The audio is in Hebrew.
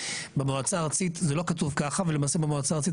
במועצה הארצית זה לא כתוב ככה ולמעשה במועצה הארצית